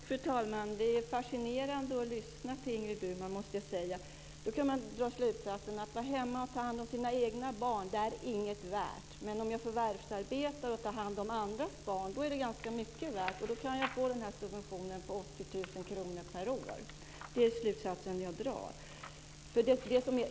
Fru talman! Det är fascinerande att lyssna till Ingrid Burman. Man kan dra slutsatsen att det inte är något värt att vara hemma och ta hand om sina barn. Men om jag förvärvsarbetar och tar hand om andras barn är det ganska mycket värt. Då kan jag få subventionen på 80 000 kr per år. Det är den slutsatsen jag drar.